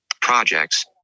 Projects